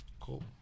Cool